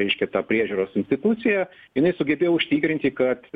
reiškia ta priežiūros institucija jinai sugebėjo užtikrinti kad